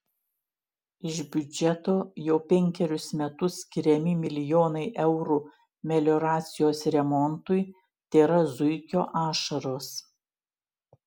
iš biudžeto jau penkerius metus skiriami milijonai eurų melioracijos remontui tėra zuikio ašaros